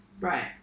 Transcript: Right